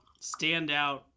standout